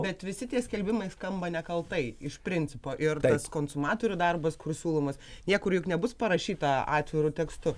bet visi tie skelbimai skamba nekaltai iš principo ir tas konsumatorių darbas kur siūlomas niekur juk nebus parašyta atviru tekstu